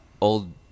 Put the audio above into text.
old